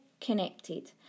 connected